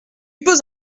pose